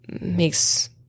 Makes